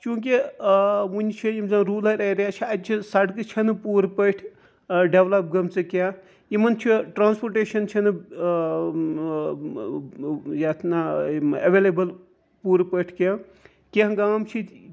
چوںٛکہِ وٕنہِ چھِ یِم زَن روٗرَل ایریا چھِ اَتچہِ سَڑکہٕ چھَنہٕ پوٗرٕ پٲٹھۍ ڈیٚولَپ گٔمژٕ کینٛہہ یِمَن چھُ ٹرانسپوٹیشَن چھَنہٕ یَتھ نہَ ایویلیبٕل پوٗرٕ پٲٹھۍ کینٛہہ کینٛہہ گام چھِ